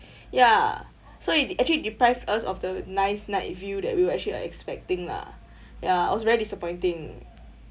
ya so it actually deprived us of the nice night view that we were actually are expecting lah ya it was very disappointing